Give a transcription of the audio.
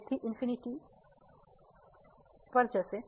તેથી ∞